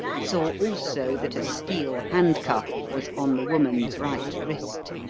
saw also that a steel handcuff was on the woman's right wrist,